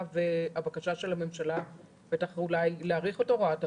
ואולי בקשת הממשלה להאריך את הוראת השעה.